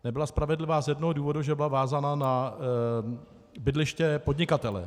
Nebyla spravedlivá z jednoho důvodu, že byla vázána na bydliště podnikatele.